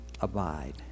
abide